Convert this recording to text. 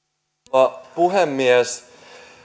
arvoisa rouva puhemies